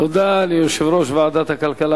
תודה ליושב-ראש ועדת הכלכלה,